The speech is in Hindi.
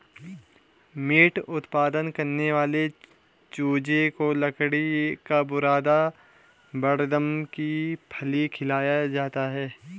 मीट उत्पादन करने वाले चूजे को लकड़ी का बुरादा बड़दम की फली खिलाया जाता है